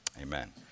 Amen